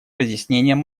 разъяснением